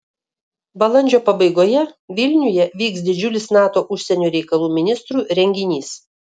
balandžio pabaigoje vilniuje vyks didžiulis nato užsienio reikalų ministrų renginys